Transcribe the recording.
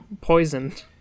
poisoned